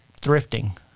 thrifting